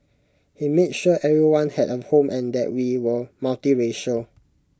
he made sure everyone had A home and that we were multiracial